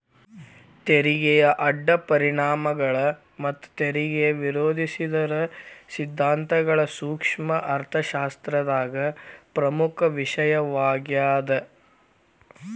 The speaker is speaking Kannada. ತೆರಿಗೆಯ ಅಡ್ಡ ಪರಿಣಾಮಗಳ ಮತ್ತ ತೆರಿಗೆ ವಿಧಿಸೋದರ ಸಿದ್ಧಾಂತಗಳ ಸೂಕ್ಷ್ಮ ಅರ್ಥಶಾಸ್ತ್ರದಾಗ ಪ್ರಮುಖ ವಿಷಯವಾಗ್ಯಾದ